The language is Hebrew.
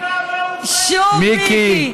שוב מיקי.